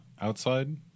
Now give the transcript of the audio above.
outside